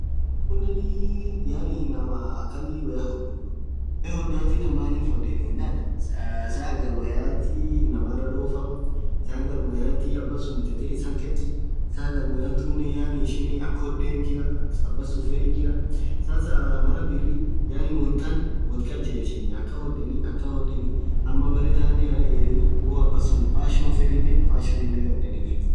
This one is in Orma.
Wonn tunen inamaa akhan woyya hodhuu woyya hodathi maaanif hodhathi than maanif hodheni yenann saa aghar woyath inamaa raaaa dhofamaa saghar woyathi abasun bithethe iss hakhethi sahaghar woyya tunne ishi akha hodhen jira akhaa abasun fedhethi Jira Sasa maraa birri wonn than woth galjelchenii akhan hodhen akhan hodheni amaa beree thanen yedheni woo abasun fashion fedhine fashion ninen hiii hodhenni